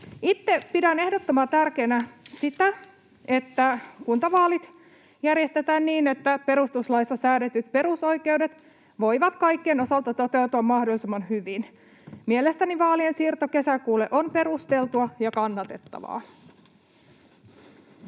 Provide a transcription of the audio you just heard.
Itse pidän ehdottoman tärkeänä sitä, että kuntavaalit järjestetään niin, että perustuslaissa säädetyt perusoikeudet voivat kaikkien osalta toteutua mahdollisimman hyvin. Mielestäni vaalien siirto kesäkuulle on perusteltua ja kannatettavaa.